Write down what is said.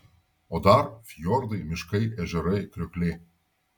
o dar fjordai miškai ežerai kriokliai